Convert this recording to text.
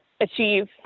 achieve